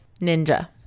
Ninja